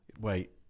Wait